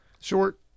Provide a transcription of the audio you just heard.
short